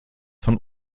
von